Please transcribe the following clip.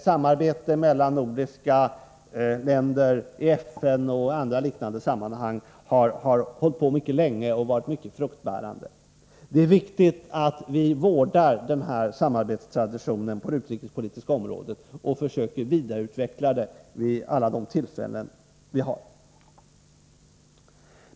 Samarbete mellan nordiska länder i FN och i andra liknande sammanhang har hållit på mycket länge och varit mycket fruktbärande. Det är viktigt att vi vårdar samarbetstraditionen på det utrikespolitiska området och försöker vidareutveckla den vid alla de tillfällen vi får.